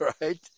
right